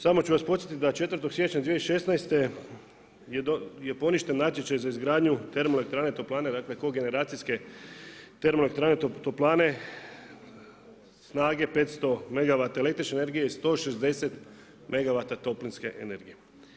Samo ću vas podsjetiti daje 4. siječnja 2016. je poništen natječaj za izgradnju termoelektrane, toplane, dakle kogeneracijske termoelektrane, toplane snage 500 megavata električne energije i 160 megavata toplinske energije.